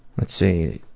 let's see,